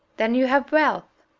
then you have wealth?